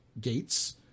gates